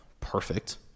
perfect